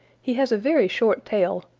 he has a very short tail,